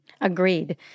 Agreed